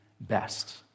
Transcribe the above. best